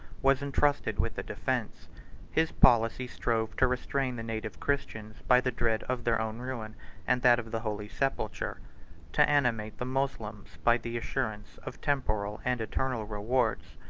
was intrusted with the defence his policy strove to restrain the native christians by the dread of their own ruin and that of the holy sepulchre to animate the moslems by the assurance of temporal and eternal rewards.